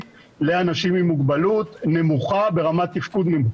לאנשים עם מוגבלות נמוכה ברמת תפקוד בינונית-נמוכה.